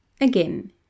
Again